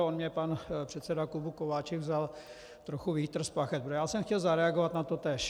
On mě pan předseda klubu Kováčik vzal trochu vítr z plachet, protože já jsem chtěl zareagovat na totéž.